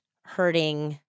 hurting